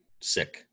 Sick